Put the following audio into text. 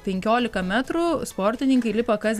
penkiolika metrų sportininkai lipa kas